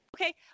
Okay